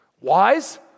Wise